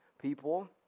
people